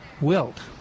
wilt